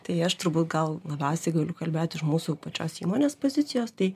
tai aš turbūt gal labiausiai galiu kalbėt iš mūsų pačios įmonės pozicijos tai